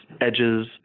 edges